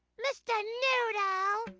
mr. noodle!